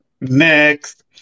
Next